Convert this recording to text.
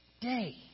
day